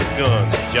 guns